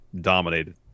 dominated